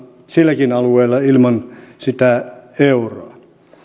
silläkin alueella ilman sitä euroa